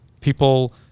people